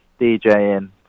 DJing